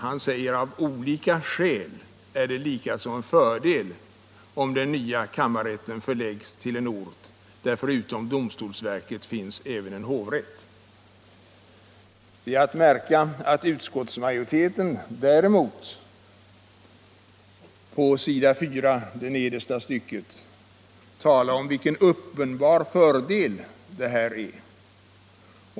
Han säger att ”av olika skäl” är det likaså en fördel om den nya kammarrätten förläggs till en ort, där förutom domstolsverket finns även en hovrätt. Det är att märka att utskottsmajoriteten däremot på s. 4 talar om vilken ”uppenbar fördel” det är att kammarrätten förläggs till en ort där det redan finns en hovrätt.